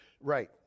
Right